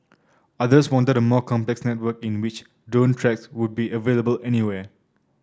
others wanted a more complex network in which drone tracks would be available anywhere